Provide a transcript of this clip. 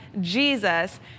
Jesus